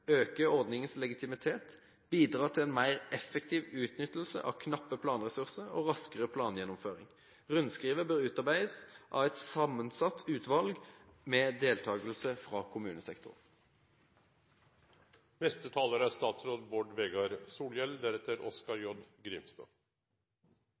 øke ordningens legitimitet og bidra til en mer effektiv utnyttelse av knappe planressurser og en raskere plangjennomføring. Rundskrivet bør utarbeides av et sammensatt utvalg med deltakelse fra kommunesektoren. Eg meiner motsegnsinstituttet er